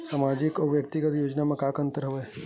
सामाजिक अउ व्यक्तिगत योजना म का का अंतर हवय?